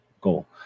goal